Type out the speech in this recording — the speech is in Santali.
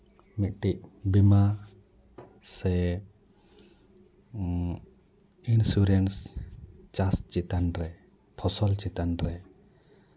ᱢᱤᱫᱴᱤᱱ ᱵᱤᱢᱟ ᱥᱮ ᱤᱱᱥᱩᱨᱮᱱᱥ ᱪᱟᱥ ᱪᱮᱛᱟᱱ ᱨᱮ ᱯᱷᱚᱥᱚᱞ ᱪᱮᱛᱟᱱ ᱨᱮ